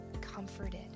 comforted